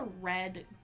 red